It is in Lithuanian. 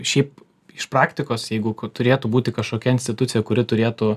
šiaip iš praktikos jeigu turėtų būti kažkokia institucija kuri turėtų